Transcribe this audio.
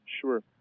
Sure